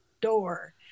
door